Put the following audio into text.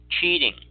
Cheating